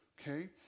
okay